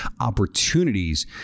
opportunities